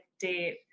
date